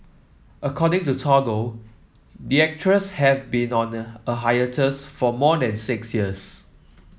according to Toggle the actress has been on a for more than six years